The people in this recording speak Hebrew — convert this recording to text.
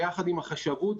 ביחד עם החשבות,